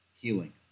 healing